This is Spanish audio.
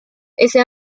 ese